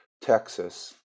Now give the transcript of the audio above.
Texas